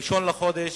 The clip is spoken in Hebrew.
שב-1 בחודש